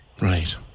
Right